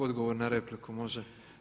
Odgovor na repliku, može.